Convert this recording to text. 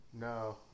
No